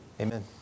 Amen